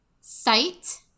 sight